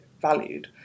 valued